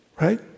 right